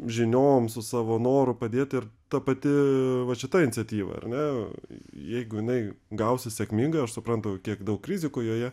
žiniom su savo noru padėt ir ta pati vat šita iniciatyva ar ne jeigu jinai gausis sėkmingai aš suprantu kiek daug rizikų joje